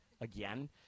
again